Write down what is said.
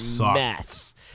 mess